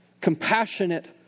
compassionate